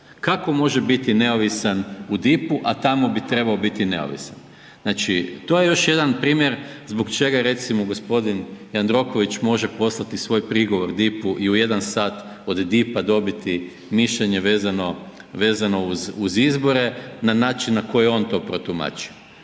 kako može biti neovisan u DIP-u, a tamo bi trebao biti neovisan. Znači, to je još jedan primjer zbog čega i recimo gospodin Jandroković može poslati svoj prigovor DIP-u i u 1 sat od DIP-a dobiti mišljenje vezano uz izbore, na način na koji je on to protumačio.